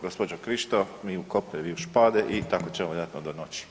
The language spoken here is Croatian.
Gospođo Krišto mi u kope, vi u špade i tako ćemo vjerojatno do noći.